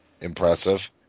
impressive